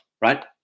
right